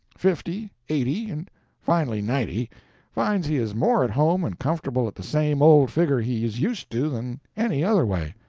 fifty, eighty, and finally ninety finds he is more at home and comfortable at the same old figure he is used to than any other way.